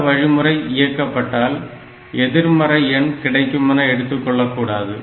இந்த வழிமுறை இயக்கப்பட்டால் எதிர்மறை எண் கிடைக்குமென எடுத்துக்கொள்ளக்கூடாது